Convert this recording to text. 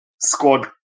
squad